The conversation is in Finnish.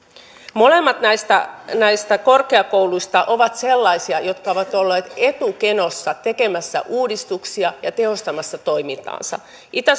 molemmat näistä näistä korkeakouluista ovat sellaisia jotka ovat olleet etukenossa tekemässä uudistuksia ja tehostamassa toimintaansa itä